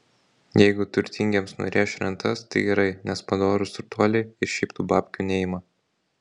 jeigu turtingiems nurėš rentas tai gerai nes padorūs turtuoliai ir šiaip tų babkių neima